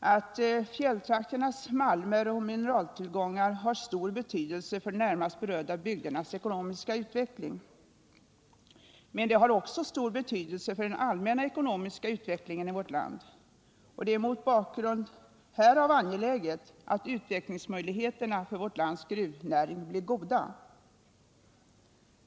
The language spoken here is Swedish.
Fjälltrakternas malmer och mineraltillgångar har stor betydelse för de närmast berörda bygdernas ekonomiska utveckling, men de har också stor betydelse för den allmänna ekonomiska utvecklingen i vårt land. Det är mot bakgrund härav angeläget att utvecklingsmöjligheterna för vårt lands gruvnäring blir goda.